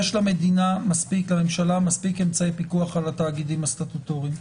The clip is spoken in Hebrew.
יש לממשלה מספיק אמצעי פיקוח על התאגידים הסטטוטוריים.